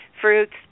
fruits